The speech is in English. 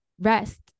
rest